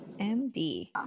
MD